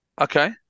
Okay